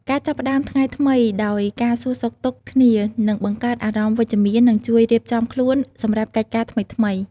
ការចាប់ផ្ដើមថ្ងៃថ្មីដោយការសួរសុខទុក្ខគ្នា នឹងបង្កើតអារម្មណ៍វិជ្ជមាន និងជួយរៀបចំខ្លួនសម្រាប់កិច្ចការថ្មីៗ។